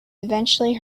eventually